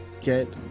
get